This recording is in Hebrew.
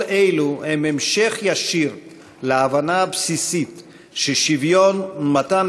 כל אלו הם המשך ישיר להבנה הבסיסית ששוויון ומתן